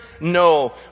no